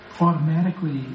automatically